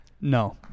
no